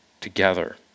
together